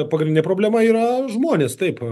pagrindinė problema yra žmonės taip